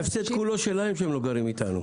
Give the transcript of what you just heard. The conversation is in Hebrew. ההפסד כולו שלהם שהם לא גרים איתנו.